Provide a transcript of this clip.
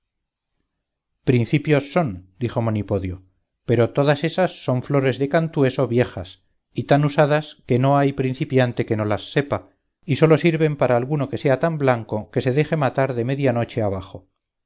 principios son dijo monipodio pero todas ésas son flores de cantueso viejas y tan usadas que no hay principiante que no las sepa y sólo sirven para alguno que sea tan blanco que se deje matar de media noche abajo